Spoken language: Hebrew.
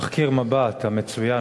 תחקיר "מבט" המצוין,